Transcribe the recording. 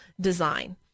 design